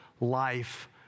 life